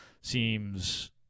seems